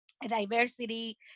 diversity